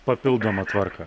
papildomą tvarką